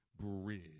bridge